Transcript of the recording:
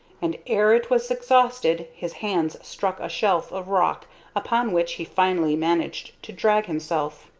and ere it was exhausted his hands struck a shelf of rock upon which he finally managed to drag himself.